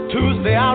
Tuesday